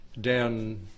down